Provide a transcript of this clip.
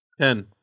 Ten